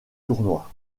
tournoi